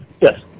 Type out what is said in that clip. Yes